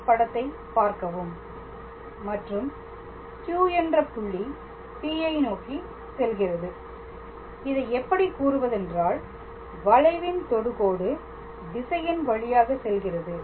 அதே படத்தை பார்க்கவும் மற்றும் Q என்ற புள்ளி P யை நோக்கி செல்கிறது இதை எப்படி கூறுவதென்றால் வளைவின் தொடுகோடு திசையின் வழியாக செல்கிறது